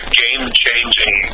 game-changing